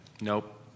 nope